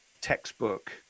textbook